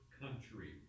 country